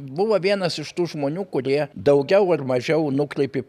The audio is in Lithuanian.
buvo vienas iš tų žmonių kurie daugiau ar mažiau nukreipė